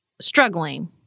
struggling